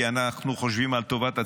כי אנחנו חושבים על טובת הציבור,